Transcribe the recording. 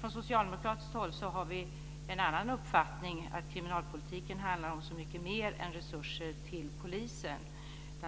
Från socialdemokratiskt håll har vi en annan uppfattning. Kriminalpolitiken handlar om så mycket mer än resurser till polisen.